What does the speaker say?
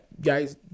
guys